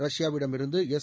ரஷ்யாவிடமிருந்து S